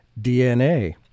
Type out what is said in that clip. DNA